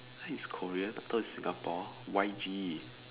it's Korean I thought it's Singapore Y_G